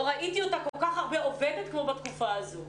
לא ראיתי אותה עובדת כל כך הרבה כמו בתקופה הזו.